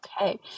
okay